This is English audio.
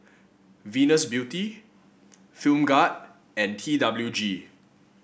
Venus Beauty Film Grade and T W G